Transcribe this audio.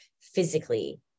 physically